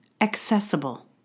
accessible